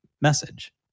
message